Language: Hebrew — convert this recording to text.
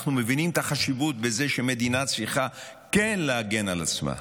אנחנו מבינים את החשיבות בזה שמדינה צריכה כן להגן על עצמה,